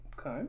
Okay